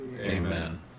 Amen